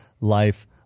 life